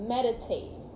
Meditate